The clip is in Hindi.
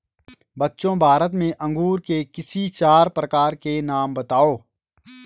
बच्चों भारत में अंगूर के किसी चार प्रकार के नाम बताओ?